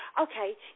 okay